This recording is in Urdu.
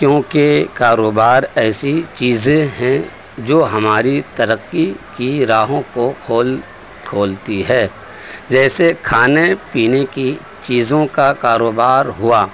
کیوں کہ کاروبار ایسی چیزیں ہیں جو ہماری ترقی کی راہوں کو کھول کھولتی ہے جیسے کھانے پینے کی چیزوں کا کاروبار ہوا